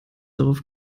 darauf